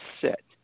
sit